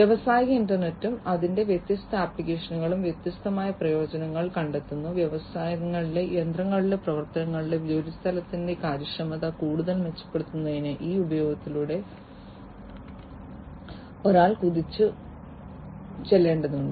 വ്യാവസായിക ഇൻറർനെറ്റും അതിന്റെ വ്യത്യസ്ത ആപ്ലിക്കേഷനുകളും വ്യത്യസ്തമായ പ്രയോജനങ്ങൾ കണ്ടെത്തുന്നു വ്യവസായങ്ങളിലെ യന്ത്രങ്ങളുടെ പ്രവർത്തനങ്ങളുടെ ജോലിസ്ഥലത്തിന്റെ കാര്യക്ഷമത കൂടുതൽ മെച്ചപ്പെടുത്തുന്നതിന് ഈ ഉപയോഗത്തിലൂടെ ഒരാൾ കുതിച്ചുചാടേണ്ടതുണ്ട്